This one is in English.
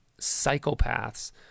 psychopaths